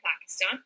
pakistan